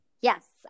yes